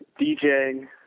DJing